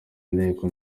inteko